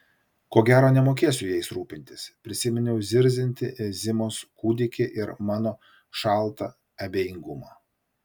ko gero nemokėsiu jais rūpintis prisiminiau zirziantį zimos kūdikį ir mano šaltą abejingumą